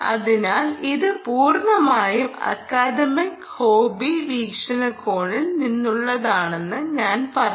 അതിനാൽ ഇത് പൂർണ്ണമായും അക്കാദമിക് ഹോബി വീക്ഷണകോണിൽ നിന്നുള്ളതാണെന്ന് ഞാൻ പറയും